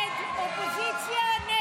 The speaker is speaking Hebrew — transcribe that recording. סעיפים 93